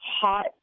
hot